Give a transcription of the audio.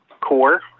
core